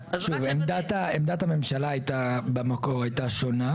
עמדת הממשלה הייתה במקור הייתה שונה,